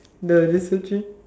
the researching